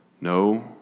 No